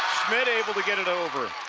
schmitt able to get it over.